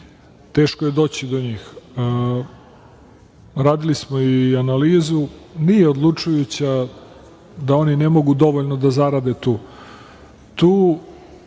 teško je doći do njih. Radili smo i analizu, nije odlučujuća, da oni ne mogu dovoljno da zarade tu.